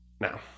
now